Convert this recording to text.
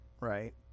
Right